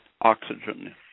oxygen